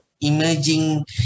emerging